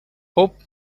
hope